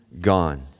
gone